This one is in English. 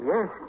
Yes